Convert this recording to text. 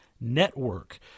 Network